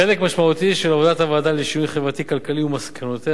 חלק משמעותי של עבודת הוועדה לשינוי חברתי-כלכלי ומסקנותיה